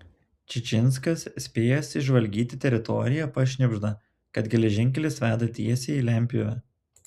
čičinskas spėjęs išžvalgyti teritoriją pašnibžda kad geležinkelis veda tiesiai į lentpjūvę